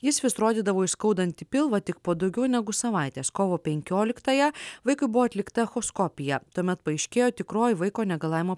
jis vis rodydavo į skaudantį pilvą tik po daugiau negu savaitės kovo penkioliktąją vaikui buvo atlikta echoskopija tuomet paaiškėjo tikroji vaiko negalavimo